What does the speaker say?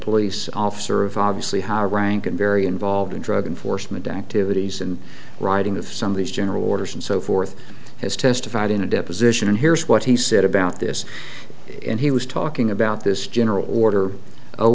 police officer of obviously high rank and very involved in drug enforcement activities and writing of some of these general orders and so forth has testified in a deposition and here's what he said about this and he was talking about this general order o